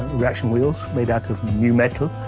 reaction wheels, made out of new metal,